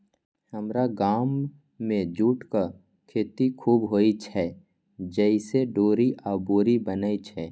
हमरा गाम मे जूटक खेती खूब होइ छै, जइसे डोरी आ बोरी बनै छै